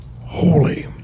holy